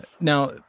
Now